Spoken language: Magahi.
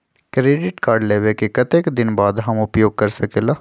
क्रेडिट कार्ड लेबे के कतेक दिन बाद हम उपयोग कर सकेला?